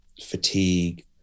fatigue